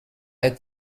est